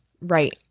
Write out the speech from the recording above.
Right